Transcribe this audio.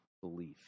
belief